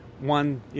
one